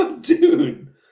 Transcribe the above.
dude